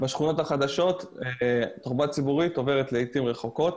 בשכונות החדשות התחבורה הציבורית עוברת לעתים רחוקות.